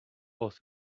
aus